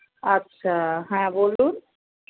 আচ্ছা হ্যাঁ বলুন